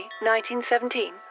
1917